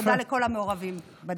אז תודה לכל המעורבים בדבר.